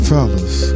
Fellas